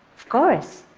of course.